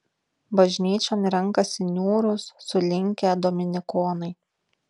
bažnyčion renkasi niūrūs sulinkę dominikonai